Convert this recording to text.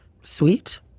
sweet